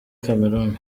cameroun